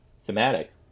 thematic